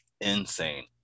Insane